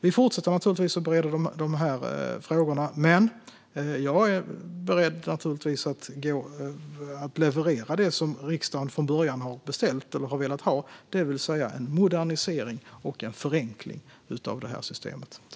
Vi fortsätter att bereda dessa frågor, men jag är naturligtvis beredd att leverera det som riksdagen från början har velat ha, det vill säga en modernisering och förenkling av systemet.